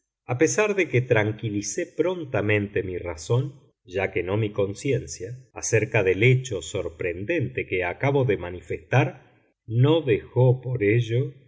a pesar de que tranquilicé prontamente mi razón ya que no mi conciencia acerca del hecho sorprendente que acabo de manifestar no dejó por ello